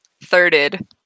Thirded